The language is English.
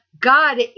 God